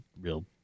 real